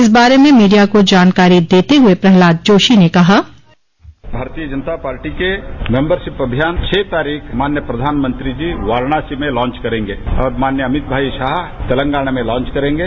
इस बारे में मीडिया को जानकारी देते हुए प्रहलाद जोशी ने कहा बाइट भारतीय जनता पार्टी के मेंबरशिप अभियान के छह तारीख माननीय प्रधानमंत्री जी वाराणसी में लॉन्च करेंगे और माननीय अमित भाई शाह तेलंगाना में लॉन्च करेंगे